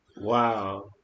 Wow